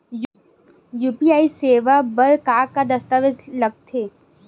UPI सेवा बर का का दस्तावेज लगथे?